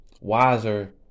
wiser